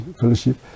fellowship